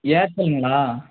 ஏர்டெல்லுங்களா